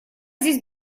здесь